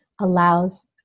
allows